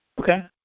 Okay